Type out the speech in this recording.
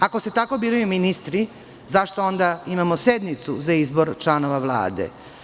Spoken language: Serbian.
Ako se tako biraju ministri, zašto onda imamo sednicu za izbor članova Vlade?